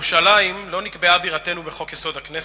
ירושלים לא נקבעה כבירתנו בחוק-יסוד: הכנסת,